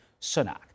Sunak